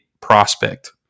prospect